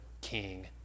King